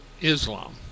Islam